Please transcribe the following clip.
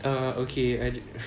ah okay I